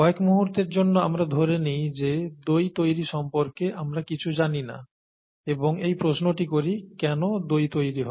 কয়েক মুহূর্তের জন্য আমরা ধরে নেই যে দই তৈরি সম্পর্কে আমরা কিছু জানিনা এবং এই প্রশ্নটি করি কেন দই তৈরি হয়